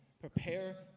Prepare